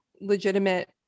legitimate